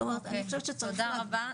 תודה רבה.